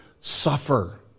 suffer